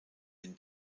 den